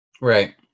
Right